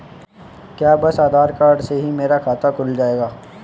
क्या बस आधार कार्ड से ही मेरा खाता खुल जाएगा?